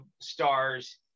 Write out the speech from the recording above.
stars